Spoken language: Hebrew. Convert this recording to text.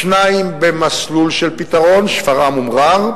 שניים במסלול של פתרון, שפרעם ומע'אר.